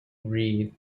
reid